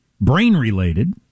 brain-related